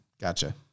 Gotcha